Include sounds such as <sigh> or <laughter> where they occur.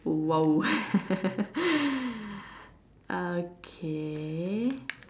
!wow! <laughs> ah okay